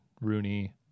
Rooney